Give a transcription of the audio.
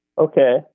Okay